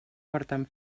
porten